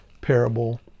parable